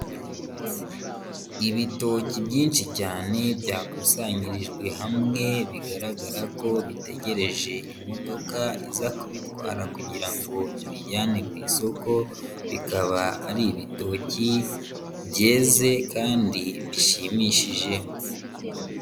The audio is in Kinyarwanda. Ibitoki byinshi cyane byakusanyirijwe hamwe bigaragara ko bitegereje imodoka iza kubitwara kugira ngo ibijyane ku isoko, bikaba ari ibitoki byeze kandi bishimishije.